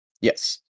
Yes